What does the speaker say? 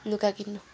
लुगा किन्नु